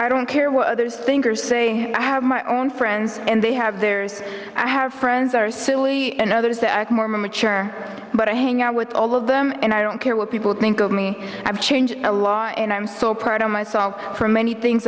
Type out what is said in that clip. i don't care what others think or say i have my own friends and they have theirs i have friends are silly and others to act more mature but i hang out with all of them and i don't care what people think of me i've changed a lot and i'm so proud of myself for many things